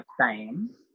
time